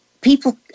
People